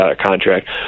contract